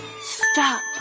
Stop